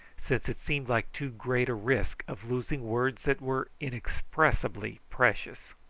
since it seemed like too great a risk of losing words that were inexpressibly precious.